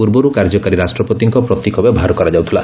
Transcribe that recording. ପୂର୍ବରୁ କାର୍ଯ୍ୟକାରୀ ରାଷ୍ଟ୍ରପତିଙ୍କ ପ୍ରତୀକ ବ୍ୟବହାର କରାଯାଉଥିଲା